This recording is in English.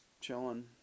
chilling